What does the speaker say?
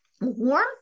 warm